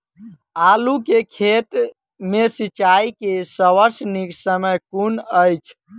आलु केँ खेत मे सिंचाई केँ सबसँ नीक समय कुन अछि?